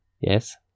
Yes